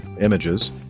images